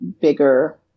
bigger